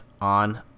on